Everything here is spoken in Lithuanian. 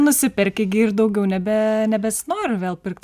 nusiperki gi ir daugiau nebe nebesinori vėl pirkt